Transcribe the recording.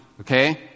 okay